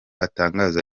atangaza